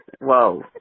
whoa